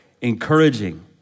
encouraging